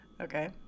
Okay